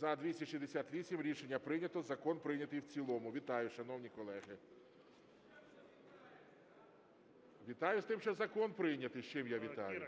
За-268 Рішення прийнято. Закон прийняти в цілому. Вітаю, шановні колеги. Вітаю з тим, що закон прийнятий, з чим я вітаю.